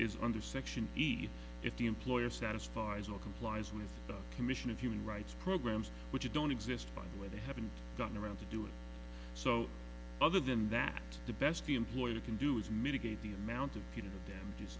is under section b if the employer satisfies or complies with the commission of human rights programs which don't exist by the way they haven't gotten around to doing so other than that the best be employer can do is mitigate the amount of damage